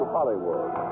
Hollywood